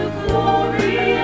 glory